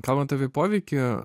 kalbant apie poveikį